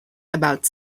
about